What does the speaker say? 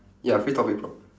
ya free topic prom~